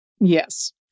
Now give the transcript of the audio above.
Yes